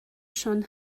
schon